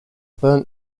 burnt